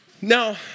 Now